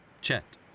Chet